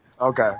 Okay